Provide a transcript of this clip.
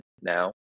now